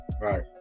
Right